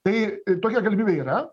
tai tokia galimybė yra